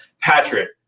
Patrick